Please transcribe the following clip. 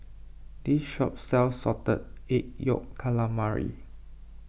this shop sells Salted Egg Yolk Calamari